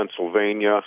Pennsylvania